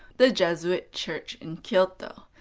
the jesuit church in kyoto.